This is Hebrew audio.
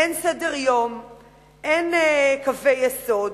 אין סדר-יום, אין קווי יסוד.